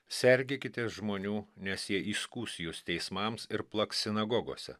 sergėkitės žmonių nes jie įskųs jus teismams ir plaks sinagogose